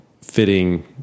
fitting